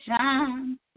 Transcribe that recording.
shine